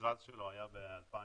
שמכרז שלו שהיה ב-2009,